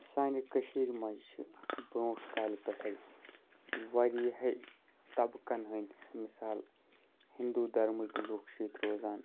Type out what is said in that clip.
سانہِ کٔشیٖرِ منٛز چھِ برٛونٛٹھ کالہِ پٮ۪ٹھٔے واریاہے طَبقَن ہنٛدۍ مثال ہنٛدوٗ دھرمٕکۍ لوٗکھ چھِ ییٚتہِ روزان